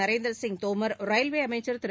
நரேந்திரசிங் தோமர் ரயில்வேஅமைச்சர் திரு